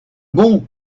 bon